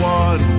one